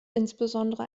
insbesondere